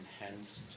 enhanced